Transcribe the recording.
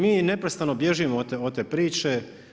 Mi neprestano bježimo od te priče.